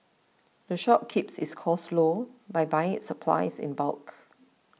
the shop keeps its costs low by buying its supplies in bulk